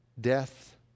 death